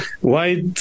white